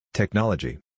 Technology